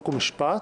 חוק ומשפט,